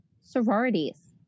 sororities